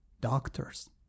doctors